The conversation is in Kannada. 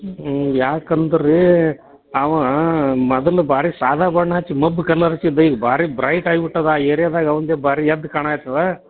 ಹ್ಞೂ ಯಾಕಂದ್ರೆ ರೀ ಅವ ಮೊದಲ ಬಾರಿ ಸಾದಾ ಬಣ್ಣ ಹಚ್ಚಿ ಮಬ್ಬು ಕಲರ್ ಹಚ್ಚಿದ್ದ ಈಗ ಭಾರಿ ಬ್ರೈಟ್ ಆಗ್ಬಿಟ್ಟದೆ ಆ ಏರಿಯಾದ ಅವ್ನದ್ದೇ ಭಾರಿ ಎದ್ದು ಕಾಣಯ್ತದೆ